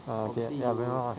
ah okay ah ya memang ah